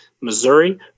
Missouri